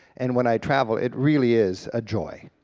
and when i travel it really is a joy.